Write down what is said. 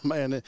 Man